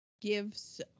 gives